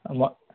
মই